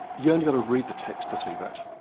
you've only got to read the text to see that.